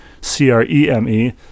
C-R-E-M-E